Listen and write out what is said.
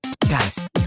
Guys